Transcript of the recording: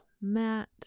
mat